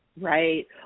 Right